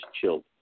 chilled